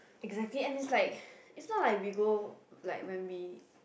exactly and it's like it's not like we go like when we